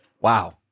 Wow